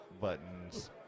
Buttons